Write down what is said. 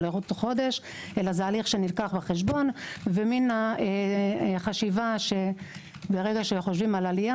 חודש אלא זה הליך שנלקח בחשבון ומן החשיבה שברגע שחושבים על עלייה